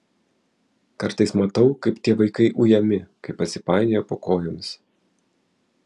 kartais matau kaip tie vaikai ujami kai pasipainioja po kojomis